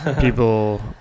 people